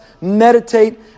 Meditate